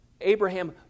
Abraham